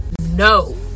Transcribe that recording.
no